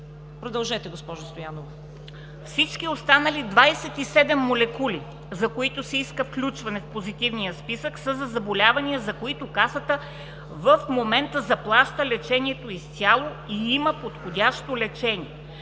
ДОКЛАДЧИК МЕНДА СТОЯНОВА: Всички останали 27 молекули, за които се иска включване в позитивния списък, са за заболявания, за които Касата в момента заплаща лечението изцяло и има подходящо лечение.